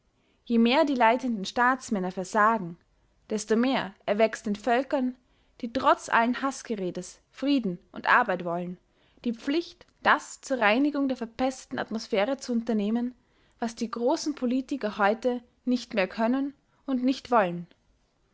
je mehr die leitenden staatsmänner versagen desto mehr erwächst den völkern die trotz allen haßgeredes frieden und arbeit wollen die pflicht das zur reinigung der verpesteten atmosphäre zu unternehmen was die großen politiker heute nicht mehr können oder nicht wollen